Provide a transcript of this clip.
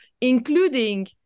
including